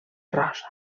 rosa